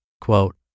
Quote